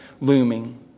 looming